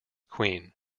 queen